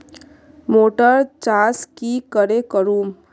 Motor चास की करे करूम?